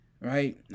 right